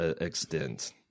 extent